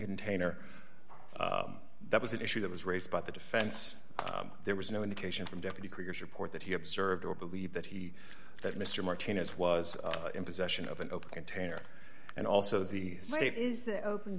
container that was an issue that was raised by the defense there was no indication from deputy krieger's report that he observed or believed that he that mr martinez was in possession of an open container and also the state is that open